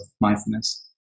mindfulness